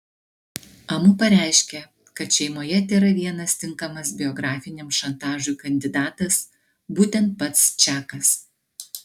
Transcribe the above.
amu pareiškė kad šeimoje tėra vienas tinkamas biografiniam šantažui kandidatas būtent pats čakas